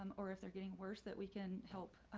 um or if they're getting worse that we can help